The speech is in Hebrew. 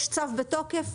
יש צו בתוקף?